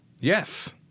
Yes